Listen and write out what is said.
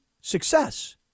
success